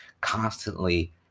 constantly